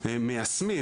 מיישמים,